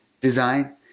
design